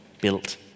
built